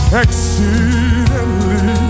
exceedingly